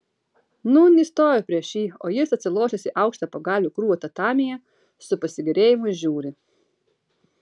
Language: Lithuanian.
nūn ji stovi prieš jį o jis atsilošęs į aukštą pagalvių krūvą tatamyje su pasigėrėjimu žiūri